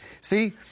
See